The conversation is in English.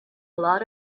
lot